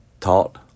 taught